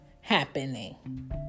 happening